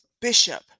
bishop